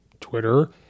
Twitter